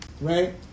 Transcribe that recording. right